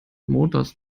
motors